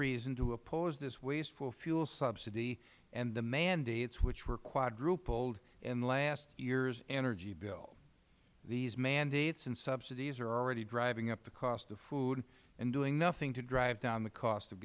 reason to oppose this wasteful fuel subsidy and the mandates which were quadrupled in last year's energy bill these mandates and subsidies are already driving up the cost of food and doing nothing to drive down the cost of